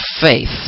faith